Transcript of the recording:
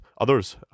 others